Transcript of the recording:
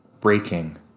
breaking